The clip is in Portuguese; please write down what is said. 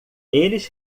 eles